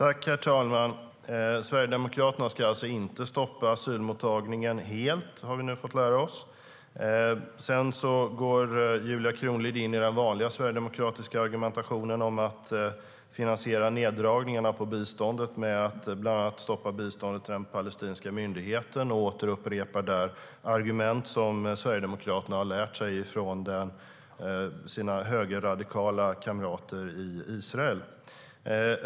Herr talman! Sverigedemokraterna ska alltså inte stoppa asylmottagningen helt. Det har vi fått lära oss nu. Julia Kronlid kommer sedan med den vanliga sverigedemokratiska argumentationen om att finansiera neddragningarna av biståndet genom att bland annat stoppa biståndet till den palestinska myndigheten. Hon upprepar argument som Sverigedemokraterna har lärt sig av sina högerradikala kamrater i Israel.